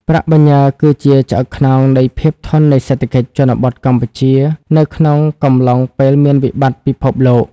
ប្រាក់បញ្ញើគឺជា "ឆ្អឹងខ្នង" នៃភាពធន់នៃសេដ្ឋកិច្ចជនបទកម្ពុជានៅក្នុងកំឡុងពេលមានវិបត្តិពិភពលោក។